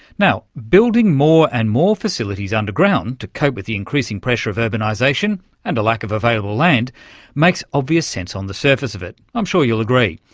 now, building more and more facilities underground to cope with the increasing pressure of urbanisation and a lack of available land makes obvious sense on the surface of it, i'm sure you'll agree.